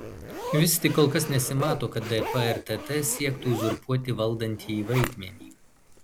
vis tik kol kas nesimato kad dp ir tt siektų uzurpuoti valdantįjį vaidmenį